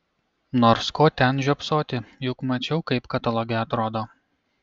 nors ko ten žiopsoti juk mačiau kaip kataloge atrodo